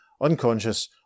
unconscious